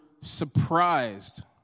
surprised